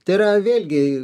tai yra vėlgi